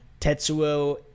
Tetsuo